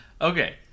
Okay